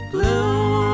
Blue